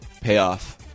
payoff